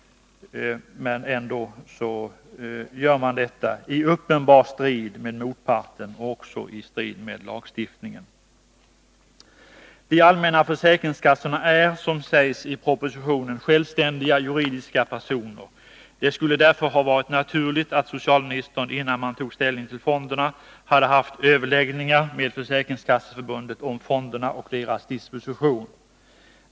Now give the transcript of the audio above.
Ändå genomför man nu förslaget, i uppenbar strid med motparten och också i strid med lagstiftningen. De allmänna försäkringskassorna är, som sägs i propositionen, självständiga juridiska personer. Det skulle därför ha varit naturligt att socialministern, innan man tog ställning till fonderna, hade haft överläggningar med Försäkringskasseförbundet om fonderna och deras disposition.